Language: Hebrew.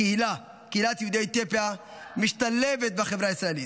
קהילת יהודי אתיופיה משתלבת בחברה הישראלית,